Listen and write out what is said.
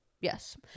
yes